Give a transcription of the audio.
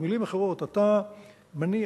במלים אחרות, אתה מניח